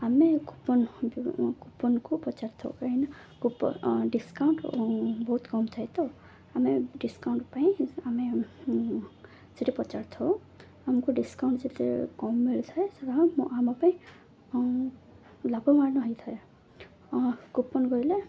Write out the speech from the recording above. ଆମେ କୁପନ୍ କୁପନ୍କୁ ପଚାରିଥାଉ କାହିଁକି ନା କୁପନ୍ ଡିସ୍କାଉଣ୍ଟ ବହୁତ କମ୍ ଥାଏ ତ ଆମେ ଡିସ୍କାଉଣ୍ଟ ପାଇଁ ଆମେ ସେଠି ପଚାରିଥାଉ ଆମକୁ ଡିସ୍କାଉଣ୍ଟ ସେତି କମ୍ ମିଳିଥାଏ ସୋ ଆମ ପାଇଁ ଲାଭବାନ୍ ହେଇଥାଏ କୁପନ୍ କହିଲେ